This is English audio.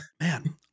man